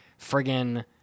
friggin